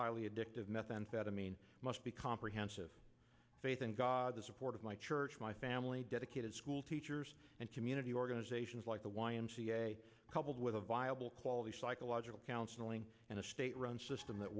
highly addictive methamphetamine must be comprehensive faith in god the support of my church my family dedicated schoolteachers and community organizations like the y m c a coupled with a viable quality psychological counseling and a state run system that